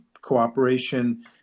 cooperation